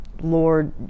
Lord